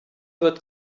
wird